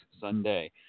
Sunday